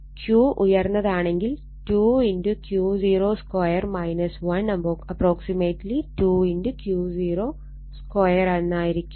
Q ഉയർന്നതാണെങ്കിൽ 2 Q02 1 ≅ 2 Q02 എന്നായിരിക്കും